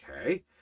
Okay